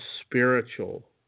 spiritual